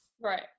right